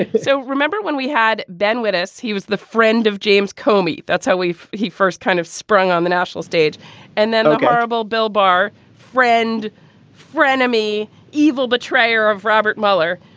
and so remember when we had ben with us he was the friend of james komi. that's how we he first kind of sprung on the national stage and then the gerbil bell bah friend frenemy evil betrayer of robert mueller.